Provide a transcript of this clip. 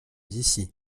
d’ici